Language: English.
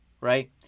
right